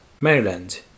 Maryland